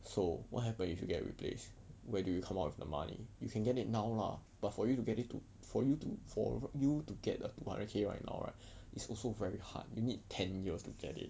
so what happen if you get replaced where do you come up with the money you can get it now lah but for you to get it to for you to for you to get the two hundred K right now right is also very hard you need ten years to get it